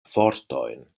fortojn